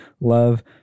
love